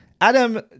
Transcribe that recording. Adam